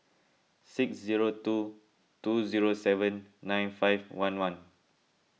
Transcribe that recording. six zero two two zero seven nine five one one